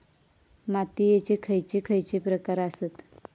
मातीयेचे खैचे खैचे प्रकार आसत?